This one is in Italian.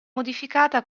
modificata